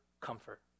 comfort